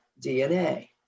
DNA